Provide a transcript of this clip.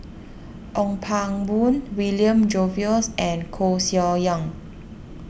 Ong Pang Boon William Jervois and Koeh Sia Yong